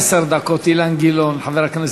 עשר דקות חבר הכנסת אילן גילאון דיבר.